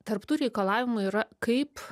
tarp tų reikalavimų yra kaip